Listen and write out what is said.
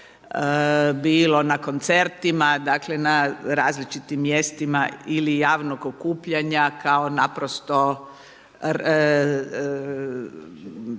bilo na koncertima dakle, na različitim mjestima ili javnog okupljanja kao naprosto